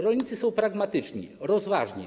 Rolnicy są pragmatyczni i rozważni.